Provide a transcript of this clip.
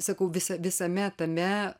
sakau visa visame tame